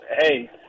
hey